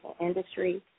industry